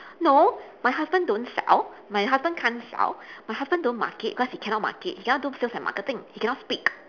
no my husband don't sell my husband can't sell my husband don't market cause he cannot market he cannot do sales and marketing he cannot speak